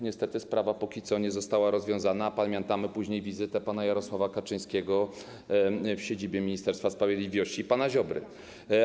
Niestety sprawa jak dotąd nie została rozwiązana, a pamiętamy późniejszą wizytę pana Jarosława Kaczyńskiego w siedzibie Ministerstwa Sprawiedliwości pana Ziobry.